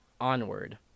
Onward